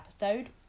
episode